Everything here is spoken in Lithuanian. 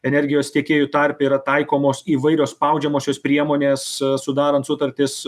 energijos tiekėjų tarpe yra taikomos įvairios spaudžiamosios priemonės sudarant sutartis